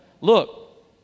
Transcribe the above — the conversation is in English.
Look